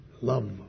love